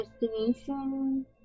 destination